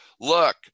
look